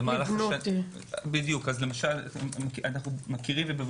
למשל שב"ס,